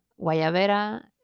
Guayabera